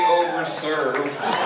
overserved